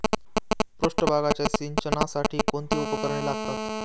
पृष्ठभागाच्या सिंचनासाठी कोणती उपकरणे लागतात?